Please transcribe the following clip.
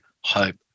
hope